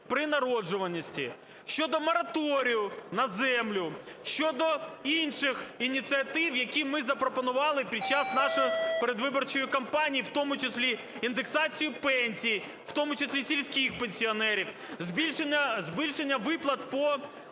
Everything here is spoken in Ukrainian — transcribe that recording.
при народжуваності, щодо мораторію на землю, щодо інших ініціатив, які ми запропонували під час нашої передвиборчої кампанії, в тому числі індексацію пенсій, в тому числі сільських пенсіонерів. Збільшення виплат по